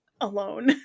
alone